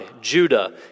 Judah